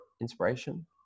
inspiration